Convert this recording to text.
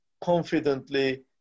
confidently